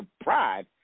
pride